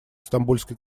стамбульской